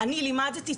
אני לימדתי,